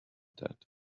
that